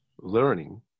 learning